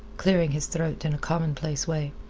clearing his throat in a commonplace way.